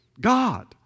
God